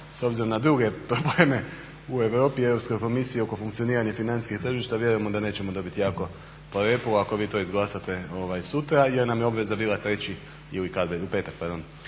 s obzirom na druge probleme u Europi i Europskoj komisiji oko funkcioniranja financijskih tržišta, vjerujemo da nećemo dobiti jako po repu ako vi to izglasate sutra jer nam je obveza bila 3. ili kada već, u petak, pardon,